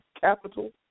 capital